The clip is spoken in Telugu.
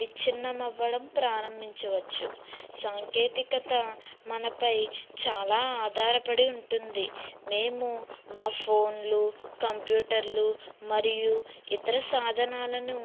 విచ్ఛిన్నం అవ్వడం ప్రారంభించవచ్చు సాంకేతికత మనపై చాలా ఆధారపడి ఉంటుంది మేము మా ఫోన్లు కంప్యూటర్లు మరియు ఇతర సాధనాలను